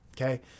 okay